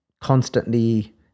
constantly